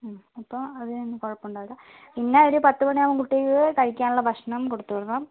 അപ്പോൾ അതിനൊന്നും കുഴപ്പം ഉണ്ടാവില്ല പിന്നെ ഒരു പത്ത് മണിയാകുമ്പോൾ കുട്ടിക്ക് കഴിക്കാനുള്ള ഭക്ഷണം കൊടുത്തു വിടണം